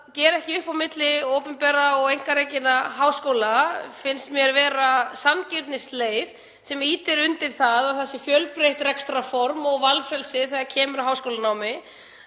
að gera ekki upp á milli opinberra og einkarekinna háskóla finnst mér vera sanngirnisleið sem ýtir undir fjölbreytt rekstrarform og valfrelsi þegar kemur að háskólanámi.